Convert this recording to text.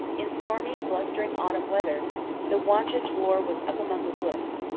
in stormy, blustering autumn weather the wonted roar was up among the woods.